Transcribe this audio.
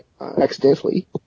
accidentally